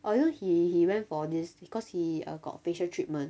oh you know he he went for this because he uh got facial treatment